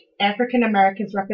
African-Americans